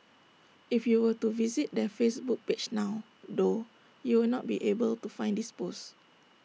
if you were to visit their Facebook page now though you will not be able to find this pose